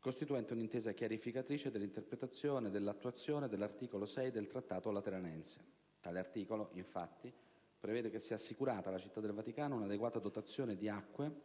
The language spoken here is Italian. costituente un'Intesa chiarificatrice dell'interpretazione e dell'attuazione dell'articolo 6 del Trattato Lateranense. Tale articolo, infatti, prevede che sia assicurata alla Città del Vaticano una adeguata dotazione di acque